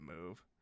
move